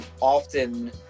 often